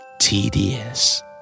Tedious